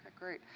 great.